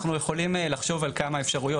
אנחנו יכולים לחשוב על כמה אפשרויות.